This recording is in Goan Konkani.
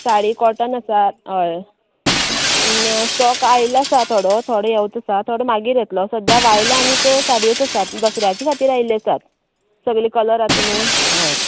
साडी काॅटन आसा हय ना स्टोक आयिल्लो आसा थोडो थोडो येवचो आसा थोडो मागीर येतलो सद्या वायलां आनीक साडीच आसात दसऱ्याचे खातीर आयिल्ले आसात सगले कलर आता न्ही हय